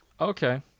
Okay